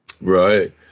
Right